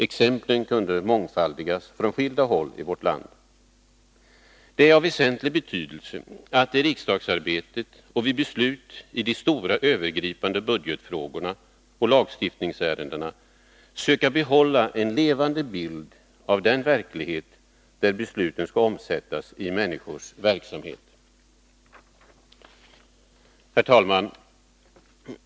Exemplen kunde mångfaldigas och hämtas från skilda håll i vårt land. Det är av väsentlig betydelse att i riksdagsarbetet och vid beslut i de stora övergripande budgetfrågorna och lagstiftningsärendena söka behålla en levande bild av den verklighet där besluten skall omsättas i människors verksamhet. Herr talman!